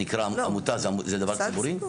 עמותה זה דבר ציבורי?